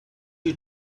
you